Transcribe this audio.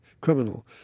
criminal